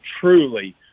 truly